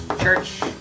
Church